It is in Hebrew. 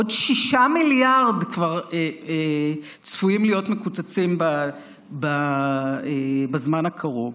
עוד 6 מיליארד כבר צפויים להיות מקוצצים בזמן הקרוב.